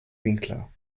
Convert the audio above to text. winkler